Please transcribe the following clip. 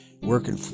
working